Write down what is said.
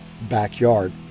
backyard